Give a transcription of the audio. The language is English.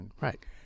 right